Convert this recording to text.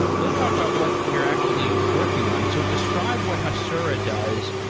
let's talk about what you're actually working on. so describe what hasura does,